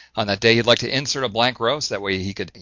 on that day he'd like to insert a blank row, so that way he could, you